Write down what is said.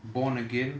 born again